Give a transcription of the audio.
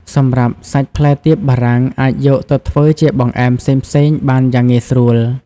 សម្រាប់សាច់ផ្លែទៀបបារាំងអាចយកទៅធ្វើជាបង្អែមផ្សេងៗបានយ៉ាងងាយស្រួល។